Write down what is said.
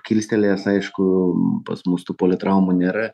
kilstelėjęs aišku pas mus tų politraumų nėra